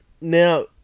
Now